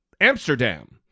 Amsterdam